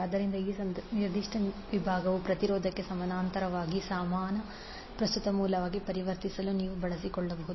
ಆದ್ದರಿಂದ ಈ ನಿರ್ದಿಷ್ಟ ವಿಭಾಗವು ಪ್ರತಿರೋಧಕ್ಕೆ ಸಮಾನಾಂತರವಾಗಿ ಸಮಾನ ಪ್ರಸ್ತುತ ಮೂಲವಾಗಿ ಪರಿವರ್ತಿಸಲು ನೀವು ಬಳಸಿಕೊಳ್ಳಬಹುದು